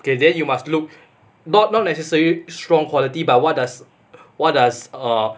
K then you must look not not necessary strong quality but what does what does err